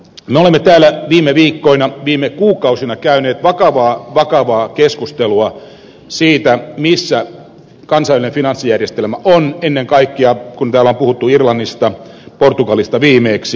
me olemme täällä viime viikkoina viime kuukausina käyneet vakavaa vakavaa keskustelua siitä missä kansallinen finanssijärjestelmä on ennen kaikkea kun täällä on puhuttu irlannista portugalista viimeksi ja aikaisemmin kreikasta